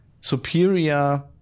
superior